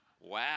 Wow